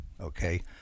Okay